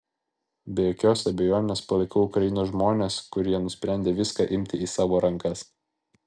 be jokios abejonės palaikau ukrainos žmones kurie nusprendė viską imti į savo rankas